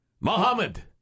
Muhammad